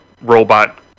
robot